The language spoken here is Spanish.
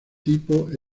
tipo